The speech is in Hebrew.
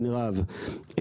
מנרב,